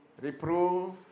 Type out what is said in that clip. reprove